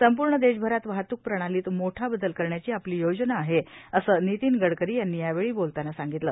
संपूर्ण देशभरात वाहतूक प्रणालीत मोठा बदल करण्याची आपली योजना आहेए असं नितीन ग करी यांनी यावेळी बोलताना सांगितलं